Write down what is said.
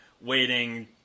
waiting